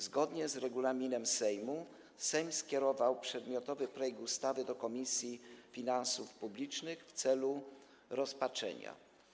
Zgodnie z regulaminem Sejmu Sejm skierował przedmiotowy projekt ustawy do Komisji Finansów Publicznych w celu rozpatrzenia.